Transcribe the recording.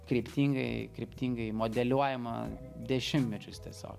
kryptingai kryptingai modeliuojama dešimtmečius tiesiog